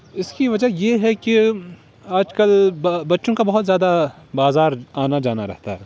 اس کی وجہ یہ ہے کہ آج کل بچوں کا بہت زیادہ بازار آنا جانا رہتا ہے